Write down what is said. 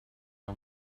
all